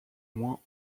moins